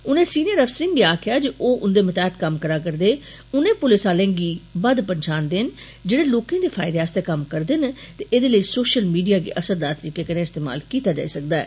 उनें सीनियर अफसरें गी आखेआ जे ओह् उंदे मतैह्त कम्म करा'रदे उनें पुलस आहलें गी बद्ध पन्छान देन जेहड़े लोकें दे फायदे आस्तै कम्म करदे न ते एहदे लेई सोषल मीडिया गी असरदार तरीके कन्नै इस्तेमाल कीता जाई सकदा ऐ